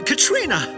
Katrina